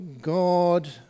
God